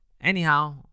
anyhow